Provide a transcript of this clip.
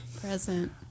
Present